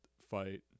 fight